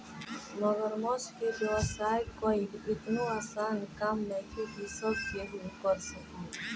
मगरमच्छ के व्यवसाय कईल एतनो आसान काम नइखे की सब केहू कर सके